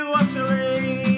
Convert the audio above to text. utterly